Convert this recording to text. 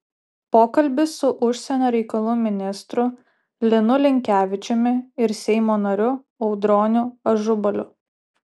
pokalbis su užsienio reikalų ministru linu linkevičiumi ir seimo nariu audroniu ažubaliu